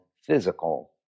physical